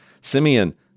Simeon